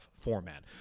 format